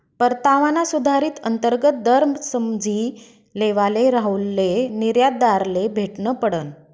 परतावाना सुधारित अंतर्गत दर समझी लेवाले राहुलले निर्यातदारले भेटनं पडनं